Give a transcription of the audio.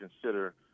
consider